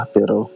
Pero